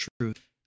truth